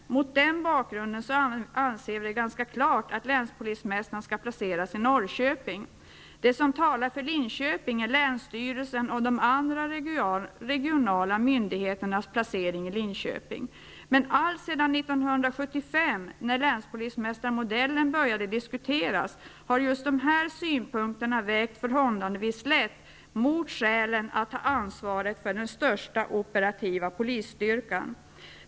Mot den bakgrunden anser vi att det är ganska klart att länspolismästaren skall placeras i Norrköping. Det som talar för Linköping är länsstyrelsens och de andra regionala myndigheternas placering i Linköping. Men alltsedan 1975, när länspolismästarmodellen började diskuteras, har just dessa synpunkter vägt förhållandevis lätt mot skälet att länspolismästaren skall ha det operativa ansvaret för största polisstyrkan.